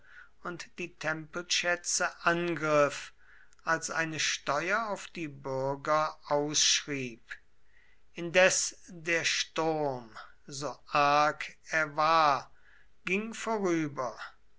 und die tempelschätze angriff als eine steuer auf die bürger ausschrieb indes der sturm so arg er war ging vorüber